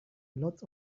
lots